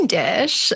dish